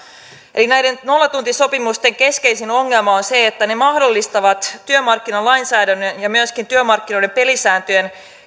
eli näiden nollatuntisopimusten keskeisin ongelma on se että ne mahdollistavat työmarkkinalainsäädännön ja ja myöskin työmarkkinoiden pelisääntöjen